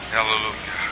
Hallelujah